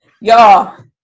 Y'all